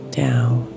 down